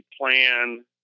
plan